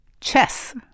Chess